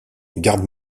garde